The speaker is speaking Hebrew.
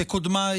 כקודמיי,